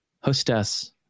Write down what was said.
hostess